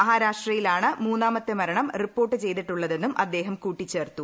മഹ്റാരാഷ്ട്രയിലാണ് മൂന്നാമത്തെ മരണം റിപ്പോർട്ട് ചെയ്തിട്ടുള്ളതെന്നും അദ്ദേഹം കൂട്ടിച്ചേർത്തു